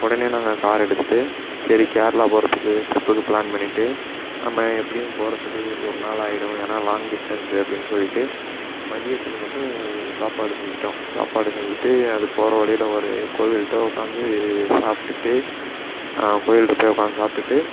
உடனே நாங்கள் கார் எடுத்துகிட்டு சரி கேரளா போகிறத்துக்கு ட்ரிப்புக்கு பிளான் பண்ணிகிட்டு நம்ம எப்படியும் போகிறத்துக்கு ஒரு நாள் ஆயிடும் ஏன்னால் லாங் டிஸ்டன்ஸு அப்படின்னு சொல்லிட்டு மதியத்துக்கு மட்டும் சாப்பாடு செஞ்சுட்டோம் சாப்பாடு செஞ்சுட்டு அது போகிற வழியில் ஒரு கோவில்ட்ட உட்காந்து சாப்பிட்டுட்டு கோவில்ட்ட போய் உட்காந்து சாப்பிட்டுட்டு